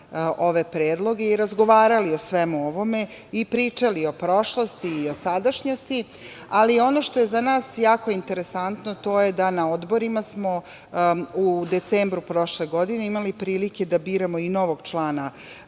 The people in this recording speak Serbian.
ove predloge i razgovarali o svemu ovome i pričali o prošlosti, o sadašnjosti, ali ono što je za nas jako interesantno to je da samo na odborima u decembru prošle godine imali prilike da biramo i novog člana